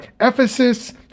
Ephesus